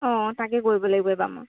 অঁ তাকে কৰিব লাগিব এইবা মই